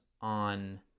on